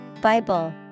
Bible